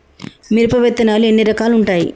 మిరప విత్తనాలు ఎన్ని రకాలు ఉంటాయి?